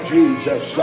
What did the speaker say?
Jesus